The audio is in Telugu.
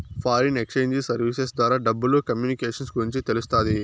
ఫారిన్ ఎక్సేంజ్ సర్వీసెస్ ద్వారా డబ్బులు కమ్యూనికేషన్స్ గురించి తెలుస్తాది